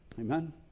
Amen